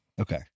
Okay